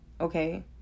okay